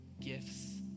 gifts